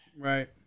Right